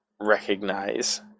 recognize